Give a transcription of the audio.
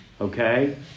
okay